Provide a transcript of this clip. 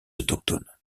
autochtones